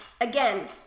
Again